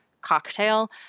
cocktail